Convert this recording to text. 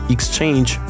Exchange